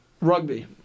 Rugby